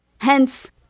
Hence